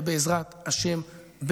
ובעזרת השם,